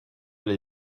l’ai